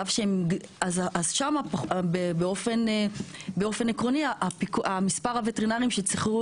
ושם באופן עקרוני מספר הווטרינרים שיצטרכו